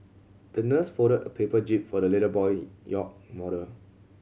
the nurse folded a paper jib for the little boy yacht model